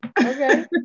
Okay